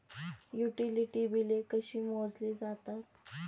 Utility बिले कशी मोजली जातात?